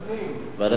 אוקיי.